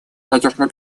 ядерную